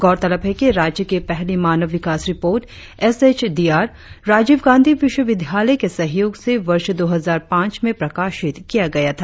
गौरतलव है कि राज्य की पहली मानव विकास report S H D R Rajiv Gandhi विश्व विद्यालय के सहयोग से वर्ष दो हजार पांच में प्रकाशित किया गया था